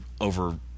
over